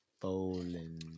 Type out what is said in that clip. Bowling